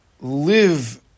live